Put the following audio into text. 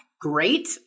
great